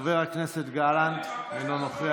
חבר הכנסת גלנט, אינו נוכח.